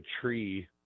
tree